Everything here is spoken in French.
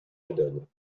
adonne